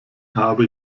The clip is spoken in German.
habe